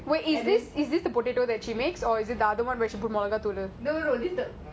wait is this is this the potato that she makes or is it the other one where she put molga தூளு:molga thoolu